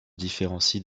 différencie